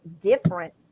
different